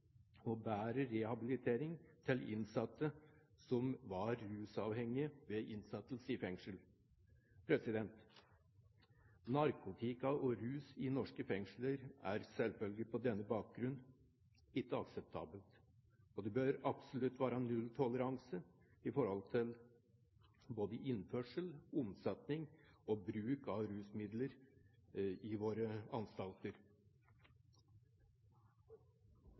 bedre rehabilitering til innsatte som var rusavhengige ved innsettelse i fengsel. Narkotika og rus i norske fengsler er selvfølgelig på denne bakgrunn ikke akseptabelt, og det bør absolutt være nulltoleranse i forhold til både innførsel, omsetning og bruk av rusmidler i våre anstalter.